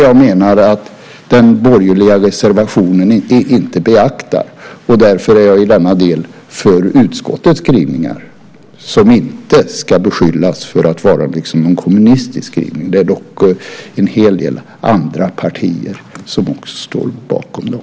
Jag menar att den borgerliga reservationen inte beaktar detta. Därför är jag i denna del för utskottets skrivningar, som inte ska beskyllas för att vara en kommunistisk skrivning. Det är dock en hel del andra partier som också står bakom dem.